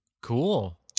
Cool